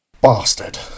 Bastard